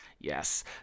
Yes